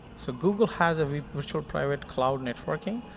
so google has a virtual private cloud networking.